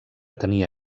tenia